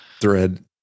thread